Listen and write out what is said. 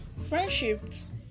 friendships